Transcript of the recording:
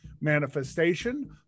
manifestation